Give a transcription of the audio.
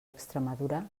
extremadura